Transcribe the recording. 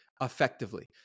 effectively